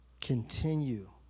continue